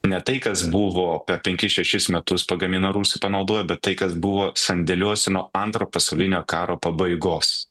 ne tai kas buvo per penkis šešis metus pagamino rusai panaudojo bet tai kas buvo sandėliuose nuo antrojo pasaulinio karo pabaigos